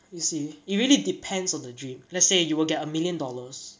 you see it really depends on the dream let's say you will get a million dollars